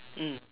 mm